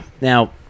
Now